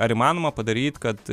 ar įmanoma padaryt kad